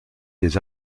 des